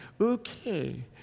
okay